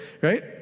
right